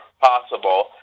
possible